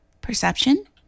Perception